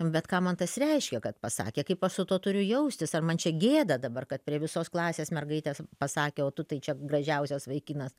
bet ką man tas reiškia kad pasakė kaip aš su tuo turiu jaustis ar man čia gėda dabar kad prie visos klasės mergaitės pasakė o tu tai čia gražiausias vaikinas